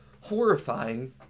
horrifying